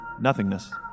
nothingness